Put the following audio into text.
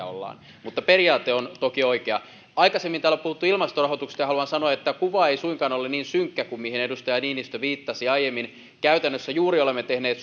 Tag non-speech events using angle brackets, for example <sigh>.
<unintelligible> ollaan mutta periaate on toki oikea aikaisemmin täällä on puhuttu ilmastorahoituksesta ja haluan sanoa että kuva ei suinkaan ole niin synkkä kuin mihin edustaja niinistö viittasi aiemmin käytännössä olemme juuri tehneet <unintelligible>